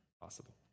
possible